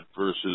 versus